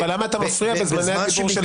אבל למה אתה מפריע בזמני הדיבור של היועץ המשפטי?